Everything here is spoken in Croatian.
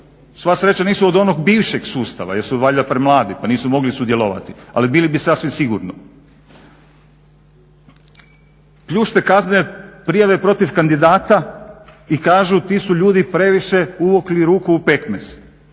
sva sreća nisu od onog bivšeg sustava jer su valjda premladi pa nisu mogli sudjelovati, ali bili bi sasvim sigurno. Ključne kaznene prijave protiv kandidata i kažu ti su ljudi previše uvukli ruku u pekmez,